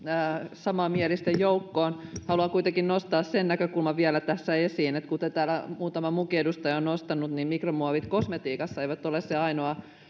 samanmielisten joukkoon haluan kuitenkin nostaa sen näkökulman vielä tässä esiin kuten täällä muutama muukin edustaja on nostanut että mikromuovit kosmetiikassa eivät ole se ainoa